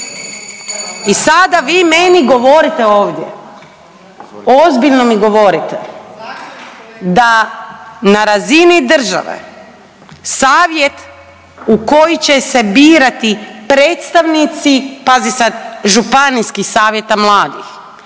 i sada vi meni govorite ovdje, ozbiljno mi govorite da na razini države savjet u koji će se birati predstavnici, pazi sad, županijskih savjeta mladih,